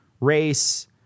race